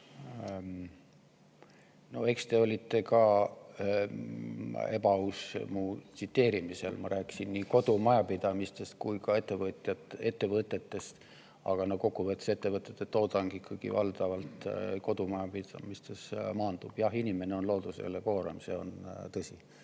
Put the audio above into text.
Eks te olite ka ebaaus mu tsiteerimisel. Ma rääkisin nii kodumajapidamistest kui ka ettevõtetest, aga kokkuvõttes maandub ettevõtete toodang ikkagi valdavalt kodumajapidamistesse. Jah, inimene on loodusele koormaks, see on tõsi,